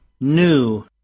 New